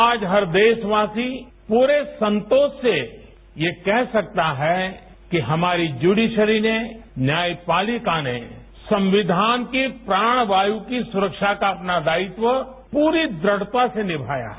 आज हर देशवासी पूरे संतोष से ये कह सकता है कि हमारी ज्यूडिशरी ने न्यायपालिका ने संविधान की प्राण वायु की सुरक्षा का अपना दायित्व पूरी दुढ़ता से निमाया है